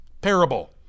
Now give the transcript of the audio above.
parable